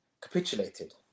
capitulated